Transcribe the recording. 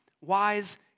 wise